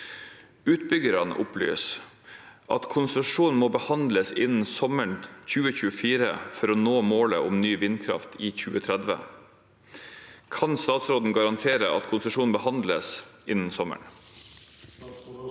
Utbyggerne opplyser at konsesjonene må behandles innen sommeren 2024 for å nå målet om ny vindkraft i 2030. Kan statsråden garantere at proposisjonen behandles innen sommeren?